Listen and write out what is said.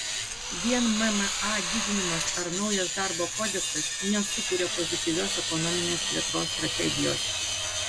vien mma didinimas ar naujas darbo kodeksas nesukuria pozityvios ekonominės plėtros strategijos